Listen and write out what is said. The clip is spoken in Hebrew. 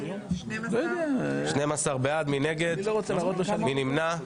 12 נגד, אין נמנעים,